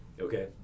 Okay